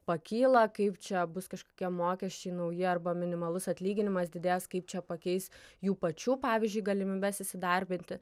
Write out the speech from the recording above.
pakylą kaip čia bus kažkokie mokesčiai nauji arba minimalus atlyginimas didės kaip čia pakeis jų pačių pavyzdžiui galimybes įsidarbinti